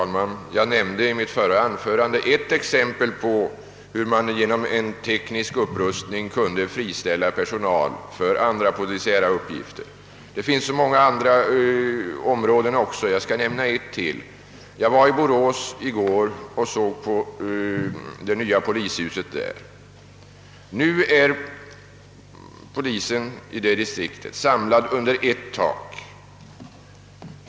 Herr talman! Jag gav i mitt förra anförande ett exempel på hur man genom teknisk upprustning kunde friställa personal för andra polisiära uppgifter. Det finns också många andra områden, och jag skall nämna ett. Jag var i går i Borås och såg på det nya polishuset. Polisen i detta distrikt är nu samlad under ett tak.